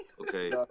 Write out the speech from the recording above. okay